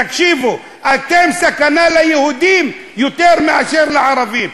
תקשיבו, אתם סכנה ליהודים יותר מאשר לערבים.